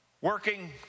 Working